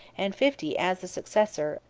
and fifty as the successor,